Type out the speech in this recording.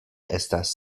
estas